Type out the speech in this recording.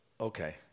okay